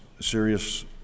serious